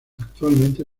actualmente